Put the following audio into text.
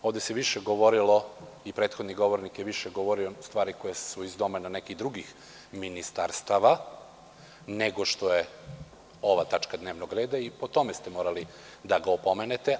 Ovde se više govorilo i prethodni govornik je više govorio stvari koje su iz domena nekih drugih ministarstava nego što je ova tačka dnevnog reda i po tome ste isto morali da ga opomenete.